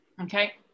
Okay